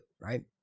right